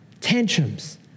Tantrums